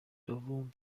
دوم